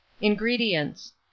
INGREDIENTS